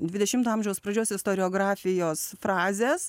dvidešimto amžiaus pradžios istoriografijos frazės